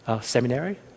seminary